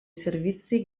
servizi